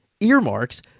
Earmarks